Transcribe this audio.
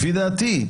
לפי דעתי,